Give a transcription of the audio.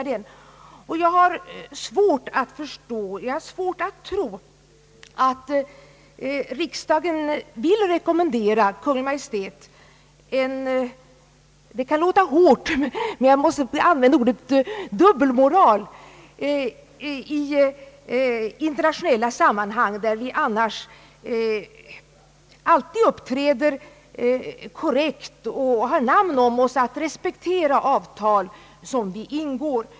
Jag har svårt att tro att riksdagen vill rekommendera Kungl. Maj:t en dubbelmoral — det kan låta hårt, men jag måste använda ordet — i internationella sammanhang, där vi annars alltid uppträder korrekt och har namn om oss att respektera avtal som vi ingår.